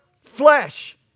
flesh